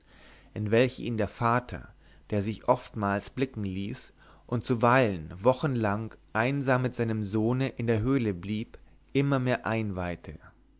in welche ihn der vater der sich oftmals blicken ließ und zuweilen wochenlang einsam mit seinem sohne in der höhle blieb immer mehr einweihte